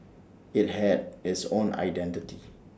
IT had its own identity